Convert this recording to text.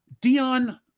Dion